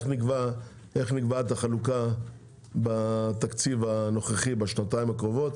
נקבעת החלוקה בתקציב הנוכחי בשנתיים הקרובות.